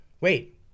Wait